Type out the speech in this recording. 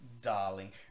darling